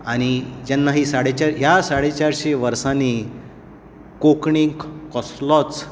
आनी जेन्ना हीं साडे चारशीं ह्या साडे चारशें वर्सांनी कोंकणींक कसलोच